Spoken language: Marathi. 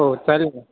हो चालेल ना